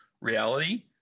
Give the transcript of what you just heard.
reality